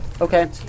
Okay